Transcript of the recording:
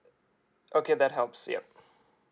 okay that helps yup